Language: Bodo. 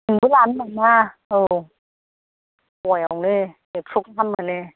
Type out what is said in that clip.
नोंबो लानो नामा औ फवायावनो एकस' गाहाम मोनो